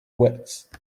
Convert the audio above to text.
wit